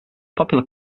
popular